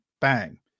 bang